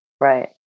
right